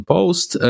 Post